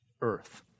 Earth